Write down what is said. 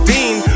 Dean